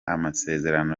amasezerano